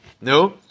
No